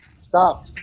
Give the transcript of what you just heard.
stop